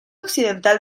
occidental